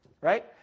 right